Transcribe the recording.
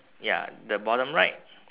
ya the bottom right